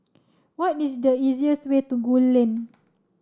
what is the easiest way to Gul Lane